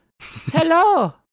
Hello